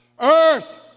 earth